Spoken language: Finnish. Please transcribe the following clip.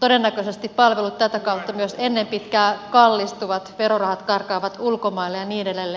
todennäköisesti palvelut tätä kautta myös ennen pitkää kallistuvat verorahat karkaavat ulkomaille ja niin edelleen